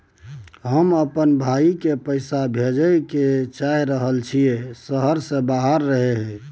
हम अपन भाई के पैसा भेजय ले चाहय छियै जे शहर से बाहर रहय हय